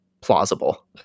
plausible